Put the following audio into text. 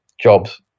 jobs